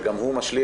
וגם הוא משליך,